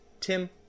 Tim